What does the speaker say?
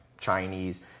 Chinese